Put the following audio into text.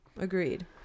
Agreed